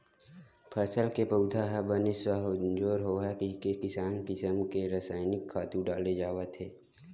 फसल के पउधा ह बने सजोर होवय कहिके किसम किसम के रसायनिक खातू डाले जावत हे